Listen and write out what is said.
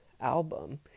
album